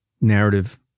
narrative